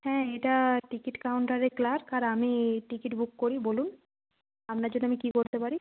হ্যাঁ এটা টিকিট কাউন্টারের ক্লার্ক আর আমি টিকিট বুক করি বলুন আপনার জন্য আমি কি করতে পারি